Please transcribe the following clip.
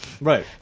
Right